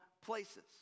places